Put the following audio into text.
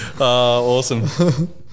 Awesome